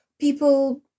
people